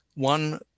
one